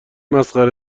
مسخره